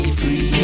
free